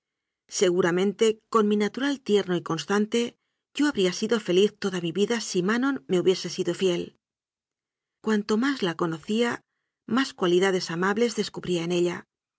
ramente con mi natural tierno y constante yo ha bría sido feliz toda mi vida si manon me hubiese sido fiel cuanto más la conocía más cualidades amables descubría en ella